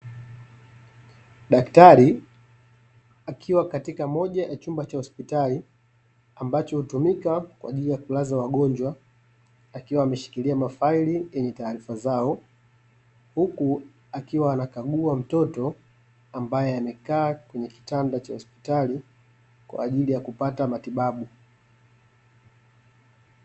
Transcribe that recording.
Daktari akiwa katika moja ya chumba cha hospitali ambacho hutumika kwa ajili ya kulaza wagonjwa, akiwa ameshikilia mafaili yenye taarifa zao huku akiwa anakagua mtoto ambaye amekaa kwenye kitanda cha hospitali kwa ajili ya kupata matibabu.